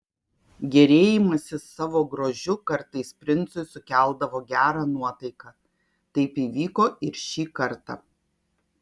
gėrėjimasis savo grožiu kartais princui sukeldavo gerą nuotaiką taip įvyko ir šį kartą